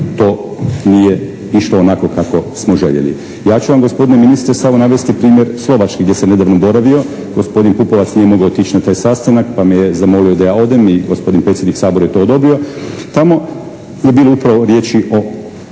to nije išlo onako kako smo željeli. Ja ću vam gospodine ministre samo navesti primjer Slovačke gdje sam nedavno boravio. Gospodin Pupovac nije mogao otići na taj sastanak pa me je zamolio da ja odem i gospodin predsjednik Sabora je to odobrio. Tamo je bilo upravo riječi o